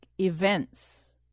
Events